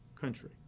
country